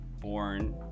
born